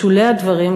בשולי הדברים,